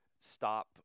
stop